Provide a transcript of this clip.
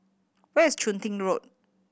where is Chun Tin Road